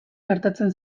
gertatzen